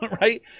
Right